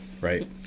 right